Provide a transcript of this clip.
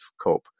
cope